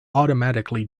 automatically